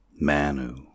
Manu